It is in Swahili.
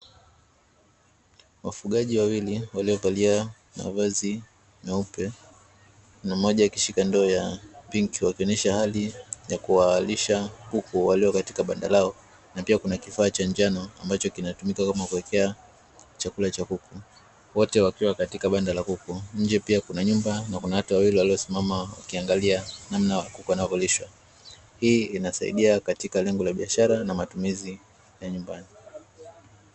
Wafugaji wawili waliovalia mavazi meupe, na mmoja akishika ndoo ya pinki, wakionyesha hali ya kuwalisha kuku walio katika banda lao na pia kuna kifaa cha njano ambacho kinatumika kama kuwekea chakula cha kuku. Wote wakiwa katika banda la kuku, nje pia kuna nyumba na kuna watu wawili walio simama wakiangalia namna kuku wanavyolishwa. Hii inasaidia katika lengo la biashara na matumizi ya nyumbani.